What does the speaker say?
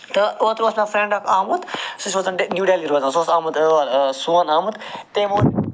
تہٕ اوترٕ اوس مےٚ فرٛٮ۪نڈ اکھ آمُت سُہ چھُ روزان ڈیٚہ نِو ڈہلی روزان سُہ اوس آمُت سون آمُت تمۍ ووٚن